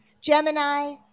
Gemini